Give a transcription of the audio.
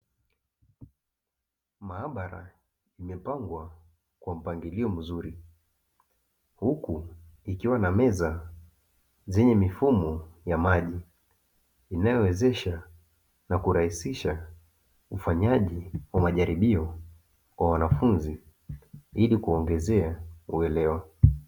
Maabara imepangwa kwa mpangilio mzuri huku ikiwa na meza zenye mifumo ya maji, inayowezesha na kurahisisha ufanyaji wa majaribio kwa wanafunzi ili kuongezea uelewa.